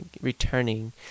returning